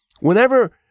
whenever